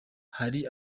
hari